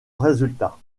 résultat